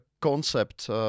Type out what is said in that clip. concept